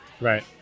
Right